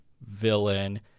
villain